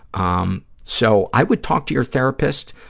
um so, i would talk to your therapist